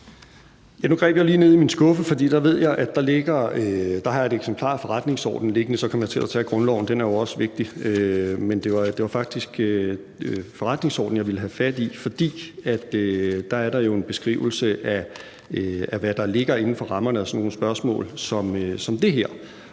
Nu greb jeg lige ned i min skuffe, for dér ved jeg at jeg har et eksemplar af forretningsordenen liggende. Så kom jeg til at tage grundloven, og den er jo også vigtig, men det var faktisk forretningsordenen, jeg ville have fat i, for der er der en beskrivelse af, hvad der ligger inden for rammerne af sådan nogle spørgsmål som det her.